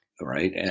Right